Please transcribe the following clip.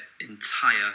entire